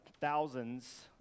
thousands